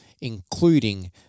including